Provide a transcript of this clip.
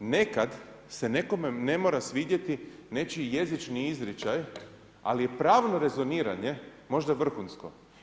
nekada se nekome ne mora svidjeti nečiji jezični izričaj ali je pravno rezoniranje možda vrhunsko.